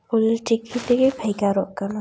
ᱚᱞᱪᱤᱠᱤ ᱛᱮᱜᱮ ᱵᱷᱮᱜᱟᱨᱚᱜ ᱠᱟᱱᱟ